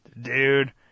Dude